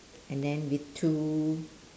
and then with two